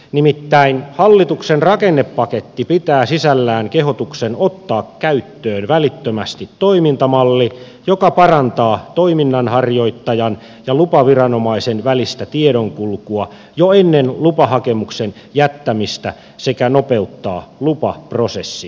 nimittäin hallituksen rakennepaketti pitää sisällään kehotuksen ottaa käyttöön välittömästi toimintamalli joka parantaa toiminnan harjoittajan ja lupaviranomaisen välistä tiedonkulkua jo ennen lupahakemuksen jättämistä sekä nopeuttaa lupaprosessia